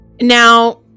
Now